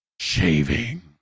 Shaving